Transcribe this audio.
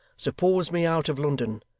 suppose me out of london,